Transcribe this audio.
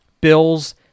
Bills